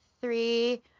three